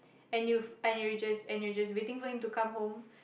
and you and you just and you just waiting for him to come home